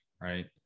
right